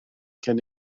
cyn